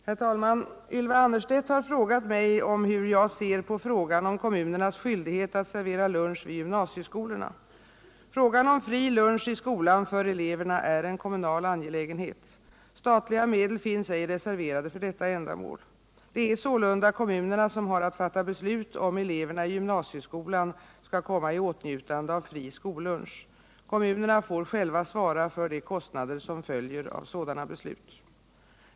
Herr talman! Ylva Annerstedt har frågat mig hur jag ser på frågan om kommunernas skyldighet att servera lunch vid gymnasieskolorna. Frågan om fri lunch i skolan för eleverna är en kommunal angelägenhet. Statliga medel finns ej reserverade för detta ändamål. Det är sålunda kommunerna som har att fatta beslut om eleverna i gymnasieskolan skall komma i åtnjutande av fri skollunch. Kommunerna får själva svara för de kostnader som följer av sådana beslut.